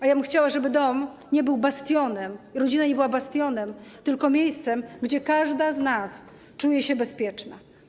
A ja bym chciała, żeby dom nie był bastionem, rodzina nie była bastionem, tylko miejscem, gdzie każda z nas czuje się bezpieczna.